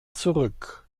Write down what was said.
zurück